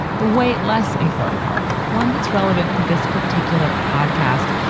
the weight less important, part one that's relevant to this particular podcast.